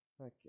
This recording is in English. Okay